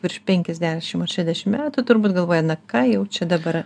virš penkiasdešim ar šedešim metų turbūt galvoja na ką jau čia dabar